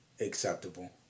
Acceptable